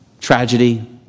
tragedy